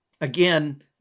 Again